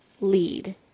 lead